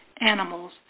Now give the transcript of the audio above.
animals